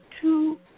two